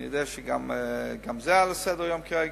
אני יודע שגם זה על סדר-היום כרגע,